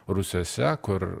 rūsiuose kur